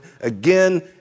again